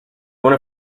one